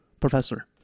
Professor